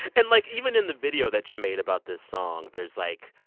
and, like, even in the video that you made about this song, there's, like,